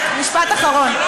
רק משפט אחרון.